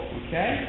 okay